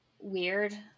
weird